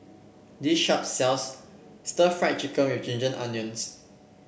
this shop sells Stir Fried Chicken with Ginger Onions